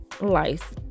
life